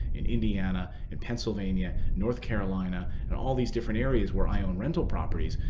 in indiana, in pennsylvania, north carolina, and all these different areas where i own rental properties,